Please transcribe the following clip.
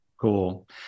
cool